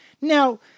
Now